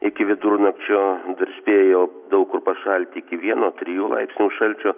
iki vidurnakčio dar spėjo daug kur pašalti iki vieno trijų laipsnių šalčio